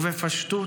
ובפשטות,